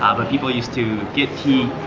um people used to get tea,